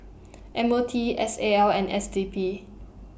M O T S A L and S D P